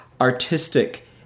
artistic